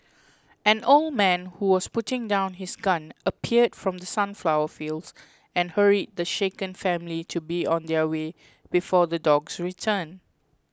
an old man who was putting down his gun appeared from the sunflower fields and hurried the shaken family to be on their way before the dogs return